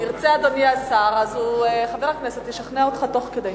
ירצה אדוני השר, חבר הכנסת ישכנע אותך תוך כדי.